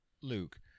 Luke